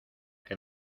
que